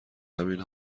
همین